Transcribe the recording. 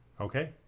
Okay